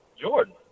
Jordan